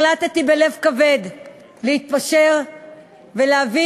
החלטתי בלב כבד להתפשר בוועדת הפנים ולהביא